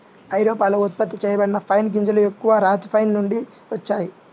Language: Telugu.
ఐరోపాలో ఉత్పత్తి చేయబడిన పైన్ గింజలు ఎక్కువగా రాతి పైన్ నుండి వచ్చాయి